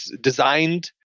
designed